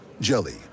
Jelly